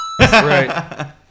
right